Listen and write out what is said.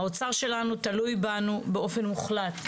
האוצר שלנו תלוי בנו באופן מוחלט.